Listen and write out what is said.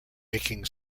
making